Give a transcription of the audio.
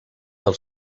del